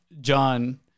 John